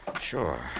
Sure